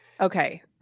okay